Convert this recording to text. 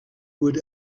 would